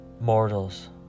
mortals